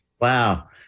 Wow